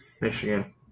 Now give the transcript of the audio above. Michigan